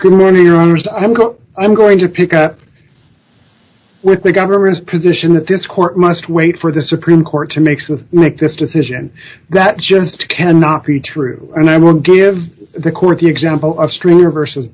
good morning i'm go i'm going to pick up with the government's position that this court must wait for the supreme court to makes them make this decision that just cannot be true and i will give the court the example of streamer versus